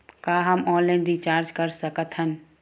का हम online recharge कर सकत हन?